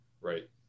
right